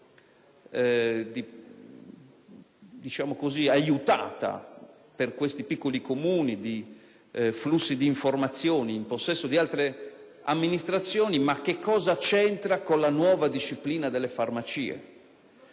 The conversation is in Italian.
in favore di questi piccoli Comuni di flussi di informazioni in possesso di altre amministrazioni; ma cosa c'entra con la nuova disciplina delle farmacie?